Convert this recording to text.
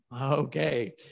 Okay